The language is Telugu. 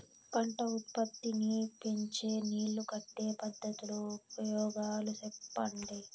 పంట ఉత్పత్తి నీ పెంచే నీళ్లు కట్టే పద్ధతుల ఉపయోగాలు చెప్పండి?